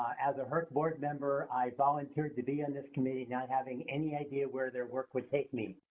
as a herc board member, i volunteered to be on this committee not having any idea where their work would take me.